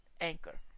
Anchor